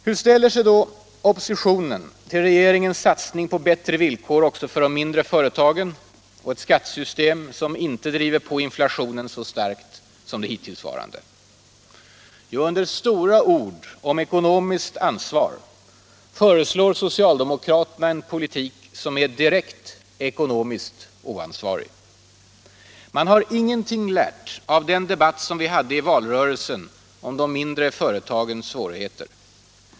Hur ställer sig då oppositionen till regeringens satsning på bättre villkor också för de mindre företagen och ett skattesystem som inte driver på inflationen så starkt som det hittillsvarande? Jo, under stora ord om ekonomiskt ansvar föreslår socialdemokraterna en politik som är direkt ekonomiskt oansvarig. Man har ingenting lärt av den debatt som vi hade i valrörelsen om de mindre företagens svårigheter.